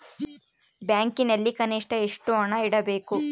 ಬ್ಯಾಂಕಿನಲ್ಲಿ ಕನಿಷ್ಟ ಎಷ್ಟು ಹಣ ಇಡಬೇಕು?